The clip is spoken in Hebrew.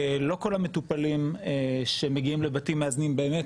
לא כל המטופלים שמגיעים לבתים מאזנים באמת